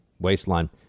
waistline